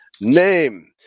name